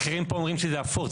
אחרים פה אומרים שזה הפוך,